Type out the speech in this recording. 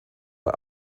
bei